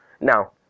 now